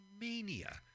mania